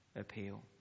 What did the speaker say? Appeal